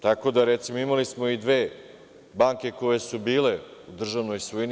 Tako da, recimo, imali smo dve banke koje su bile u državnoj svojini.